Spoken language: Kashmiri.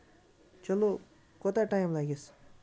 چلو کوٗتاہ ٹایم لَگیٚس